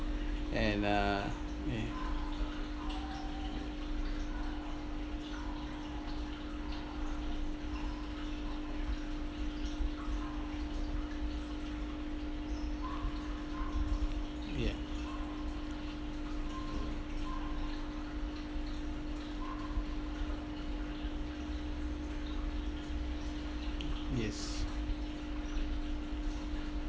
and uh eh ya yes